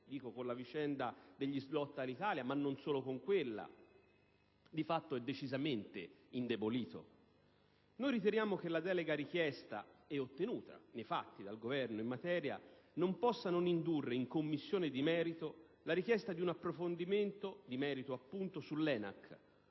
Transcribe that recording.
con la vicenda degli *slot* di Alitalia - e non solo - è di fatto decisamente indebolito? Noi riteniamo che la delega richiesta ed ottenuta nei fatti dal Governo in materia non possa non indurre nella Commissione competente la richiesta di un approfondimento di merito sull'ENAC,